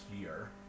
year